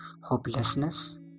hopelessness